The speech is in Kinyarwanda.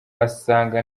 asanga